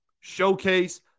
Showcase